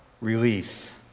release